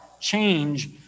change